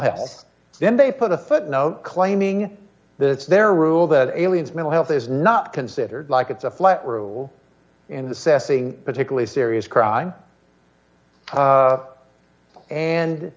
health then they put a footnote claiming that their rule that aliens mental health is not considered like it's a flat rule in the ceci particularly serious crime a